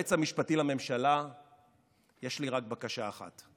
וליועץ המשפטי לממשלה יש לי רק בקשה אחת: